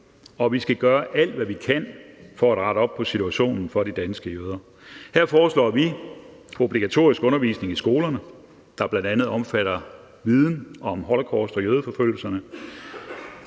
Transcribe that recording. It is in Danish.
og vi skal gøre alt, hvad vi kan, for at rette op på situationen for de danske jøder. Her foreslår vi obligatorisk undervisning i skolerne, der bl.a. omfatter viden om holocaust og jødeforfølgelserne.